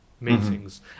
meetings